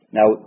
Now